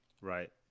Right